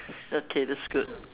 okay that's good